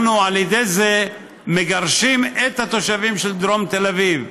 אנחנו על ידי זה מגרשים את התושבים של דרום תל אביב.